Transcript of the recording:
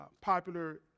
popular